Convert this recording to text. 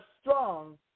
strong